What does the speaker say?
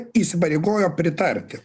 įsipareigojo pritarti